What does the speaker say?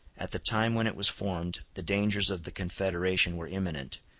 at the time when it was formed the dangers of the confederation were imminent,